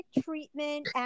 treatment